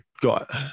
got